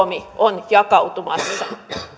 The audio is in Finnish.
että suomi on jakautumassa